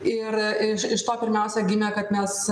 ir iš iš to pirmiausia gimė kad mes